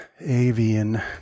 avian